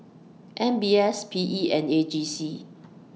M B S P E and A G C